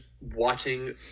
watching